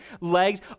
legs